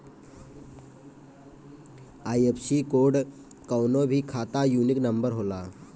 IFSC code कवनो भी खाता यूनिक नंबर होला